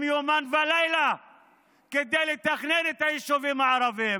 יומם ולילה כדי לתכנן את היישובים הערביים?